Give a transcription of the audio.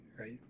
right